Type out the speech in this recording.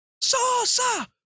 Sosa